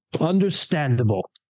Understandable